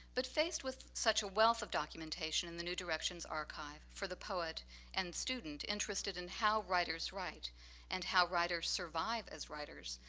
but faced with such a wealth of documentation in the new direction's archive for the poet and student interested in how writers write and how writers survive as writers.